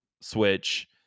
Switch